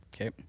Okay